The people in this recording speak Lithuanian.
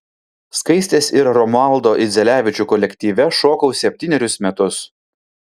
skaistės ir romaldo idzelevičių kolektyve šokau septynerius metus